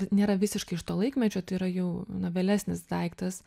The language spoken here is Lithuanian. nėra visiškai iš to laikmečio tai yra jau vėlesnis daiktas